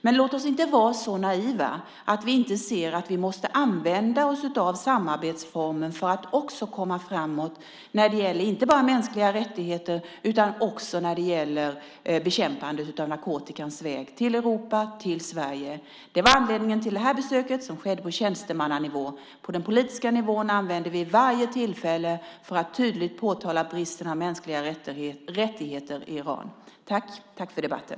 Men låt oss inte vara så naiva att vi inte ser att vi måste använda oss av samarbetsformen för att också komma framåt inte bara när det gäller mänskliga rättigheter utan också när det gäller bekämpandet av narkotikan i Europa och i Sverige. Det var anledningen till besöket som skedde på tjänstemannanivå. På den politiska nivån använder vi varje tillfälle att tydligt påtala bristen på mänskliga rättigheter i Iran.